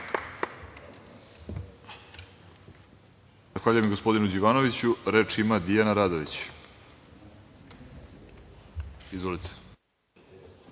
Zahvaljujem gospodinu Đivanoviću. Reč ima Dijana Radović. Izvolite.